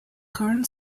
current